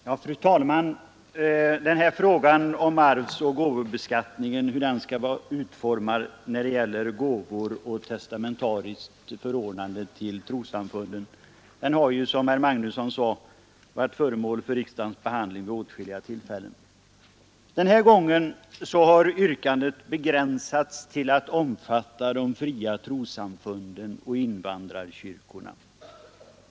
Fru talman! Den här frågan — hur ar och gåvobeskattningen skall vara utformad när det gäller gåvor eller testamentariskt förordnande till trossamfund har som herr Magnusson i Borås sade, varit föremål för riksdagens behandling vid åtskilliga tillfällen. Den här gången har yrkandet begränsats till att omfatta de fria trossamfunden och invandrarkyrkorna.